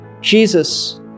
Jesus